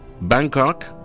Bangkok